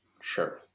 sure